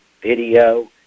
video